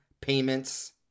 payments